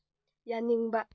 ꯌꯥꯅꯤꯡꯕ